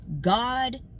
god